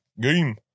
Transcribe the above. game